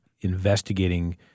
investigating